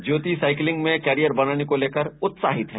ज्योति cycling में career बनाने को लेकर उत्साहित है